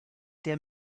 der